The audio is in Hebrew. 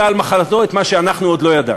על מחלתו את מה שאנחנו עוד לא ידענו,